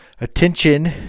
attention